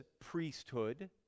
priesthood